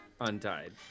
untied